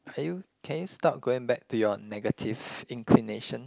are you can you stop going back to your negative inclination